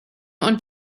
und